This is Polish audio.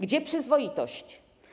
Gdzie przyzwoitość?